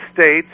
States